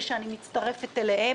ושאני מצטרפת אליהם.